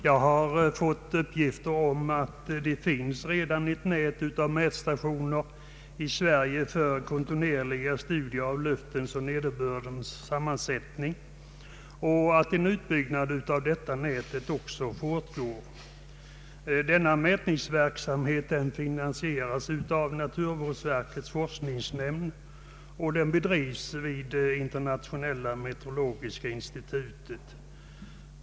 Jag har fått uppgift om att det redan finns ett nät av mätstationer i Sverige för kontinuerliga studier av luftens och nederbördens sammansättning och att en utbyggnad av det nätet fortgår. Denna mätningsverksam het finansieras av naturvårdsverkets forskningsnämnd och bedrivs vid internationella meteorologiska institutet.